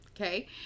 Okay